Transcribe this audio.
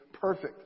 perfect